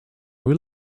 will